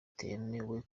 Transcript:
bitemewe